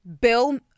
Bill